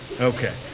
okay